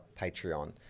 Patreon